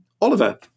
Oliver